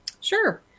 Sure